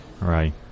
Right